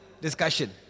discussion